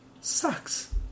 sucks